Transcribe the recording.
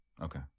Okay